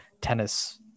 tennis